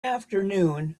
afternoon